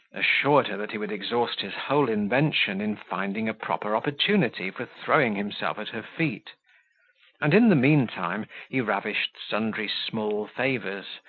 assured her that he would exhaust his whole invention in finding a proper opportunity for throwing himself at her feet and in the mean time he ravished sundry small favours,